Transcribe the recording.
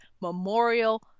memorial